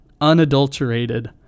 unadulterated